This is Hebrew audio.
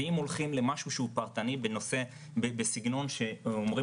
ואם הולכים למשהו שהוא פרטני בסגנון שאומרים